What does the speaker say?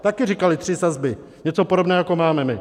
Také říkali tři sazby, něco podobného, jako máme my.